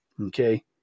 Okay